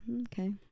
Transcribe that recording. Okay